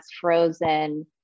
frozen